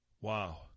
Wow